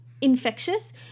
Infectious